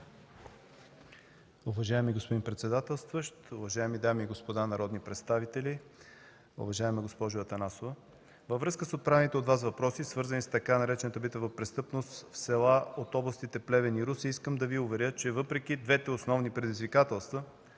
въпреки двете основни предизвикателства,